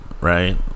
Right